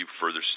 further